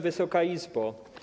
Wysoka Izbo!